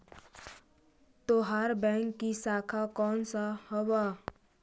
तोहार बैंक की शाखा कौन सा हवअ